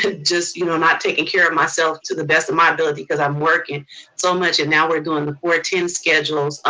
just you know not taking care of myself to the best of my ability, because i'm working so much. and now we're doing the fourteen schedules